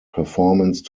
performance